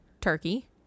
turkey